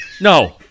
No